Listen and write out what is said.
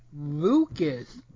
Lucas